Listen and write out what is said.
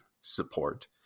support